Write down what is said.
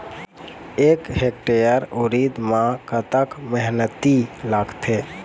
एक हेक्टेयर उरीद म कतक मेहनती लागथे?